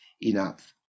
enough